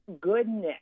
goodness